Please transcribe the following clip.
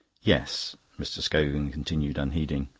yes, mr. scogan continued, unheeding,